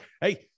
Hey